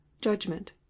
judgment